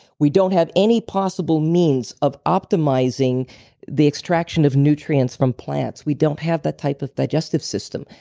we don't have any possible means of optimizing the extraction of nutrients from plants. we don't have that type of digestive system,